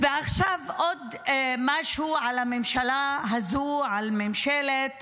עכשיו עוד משהו על הממשלה הזו, על ממשלת